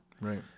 Right